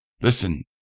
Listen